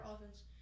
offense